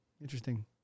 Interesting